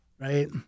Right